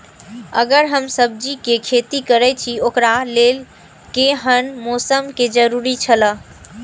अगर हम सब्जीके खेती करे छि ओकरा लेल के हन मौसम के जरुरी छला?